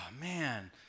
man